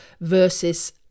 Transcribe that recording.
versus